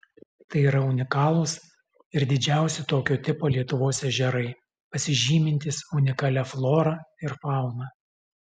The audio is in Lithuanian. tai yra unikalūs ir didžiausi tokio tipo lietuvos ežerai pasižymintys unikalia flora ir fauna